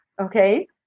Okay